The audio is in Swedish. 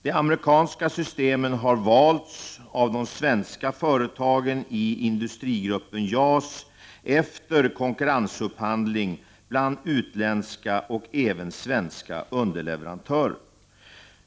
De amerikanska systemen har valts av de svenska företagen i Industrigruppen JAS efter konkurrensupphandlingar bland utländska och även svenska underleverantörer.